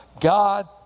God